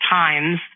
times